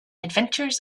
adventures